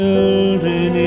Children